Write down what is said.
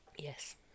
Yes